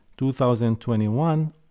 2021